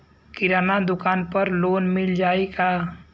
किराना दुकान पर लोन मिल जाई का?